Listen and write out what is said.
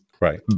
right